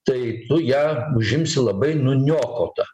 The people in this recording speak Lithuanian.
tai tu ją užimsi labai nuniokotą